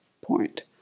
point